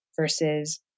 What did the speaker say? versus